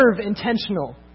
intentional